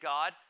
God